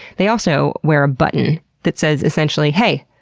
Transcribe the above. they also wear a button that says, essentially, hey!